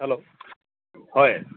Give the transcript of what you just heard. hello হয়